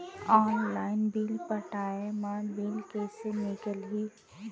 Online bill पटाय मा bill कइसे निकलही?